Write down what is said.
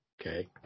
Okay